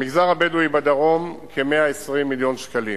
המגזר הבדואי בדרום, כ-120 מיליון שקלים,